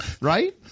right